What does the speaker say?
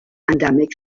endemic